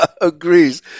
agrees